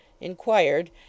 inquired